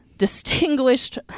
distinguished